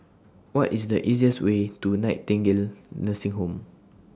What IS The easiest Way to Nightingale Nursing Home